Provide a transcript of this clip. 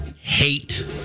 hate